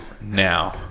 now